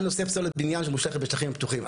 נושא פסולת בניין שמושלכת בשטחים פתוחים.